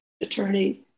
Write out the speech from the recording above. attorney